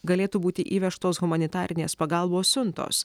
galėtų būti įvežtos humanitarinės pagalbos siuntos